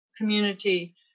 community